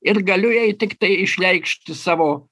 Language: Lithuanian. ir galiu jai tik tai išreikšti savo